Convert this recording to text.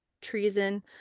treason